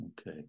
Okay